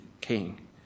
king